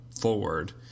forward